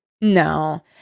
No